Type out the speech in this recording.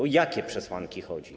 O jakie przesłanki chodzi?